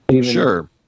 Sure